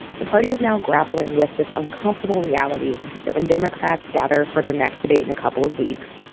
the party is now grappling with this uncomfortable reality that when democrats gather for their next debate in a couple of weeks,